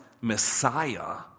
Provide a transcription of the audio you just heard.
Messiah